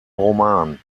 roman